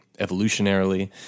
evolutionarily